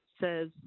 says